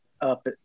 up